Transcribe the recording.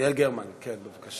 יעל גרמן, בבקשה.